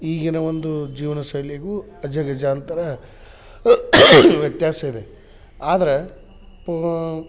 ಈಗಿನ ಒಂದು ಜೀವನಶೈಲಿಗೂ ಅಜಗಜಾಂತರ ವ್ಯತ್ಯಾಸ ಇದೆ ಆದ್ರೆ ಪೋ